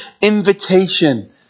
invitation